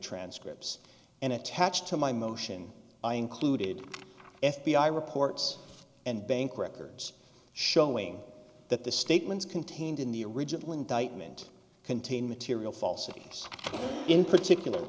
transcripts and attached to my motion i included f b i reports and bank records showing that the statements contained in the original indictment contain material falsities in particular